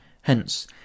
Hence